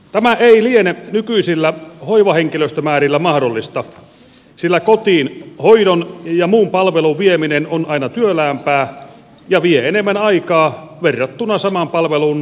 tämä ei liene nykyisillä hoivahenkilöstömäärillä mahdollista sillä kotiin hoidon ja muun palvelun vieminen on aina työläämpää ja vie enemmän aikaa verrattuna samaan palveluun hoivakodissa